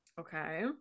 Okay